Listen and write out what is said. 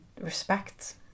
respect